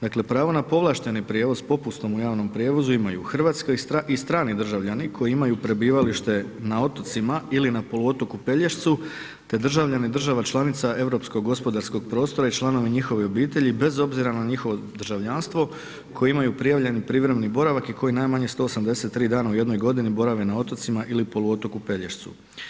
Dakle na povlašteni prijevoz s popustom u javnom prijevozu imaju hrvatski i strani državljani koji imaju prebivalište na otocima ili na poluotoku Pelješcu te državljani država članica europskog gospodarskog prostora i članova njihovih obitelji bez obzira na njihovo državljanstvo koji imaju prijavljeni privremeni boravak i koji je najmanje 183 dana u jednoj godini, borave na otocima ili poluotoku Pelješcu.